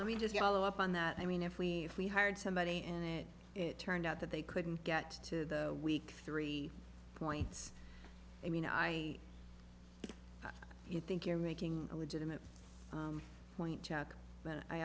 let me just follow up on that i mean if we if we hired somebody and it turned out that they couldn't get to week three points i mean i think you're making a legitimate point chuck but i